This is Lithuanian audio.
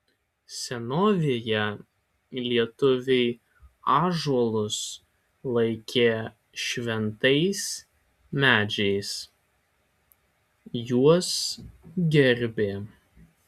senovėje lietuviai ąžuolus laikė šventais medžiais juos gerbė